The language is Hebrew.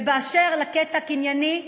ובאשר לקטע הקנייני,